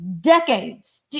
decades